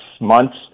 months